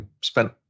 spent